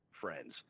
friends